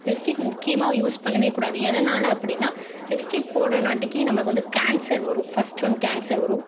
lipstick முக்கியமாக use பண்ணவே கூடாது எதனால் அப்படினா லிப்ஸ்டிக் போட்டனாட்டிக்கி நம்மளுக்கு வந்து கேன்சர் வரும் ஃபர்ஸ்ட் ஒன் கேன்சர் வரும்